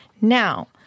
Now